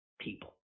people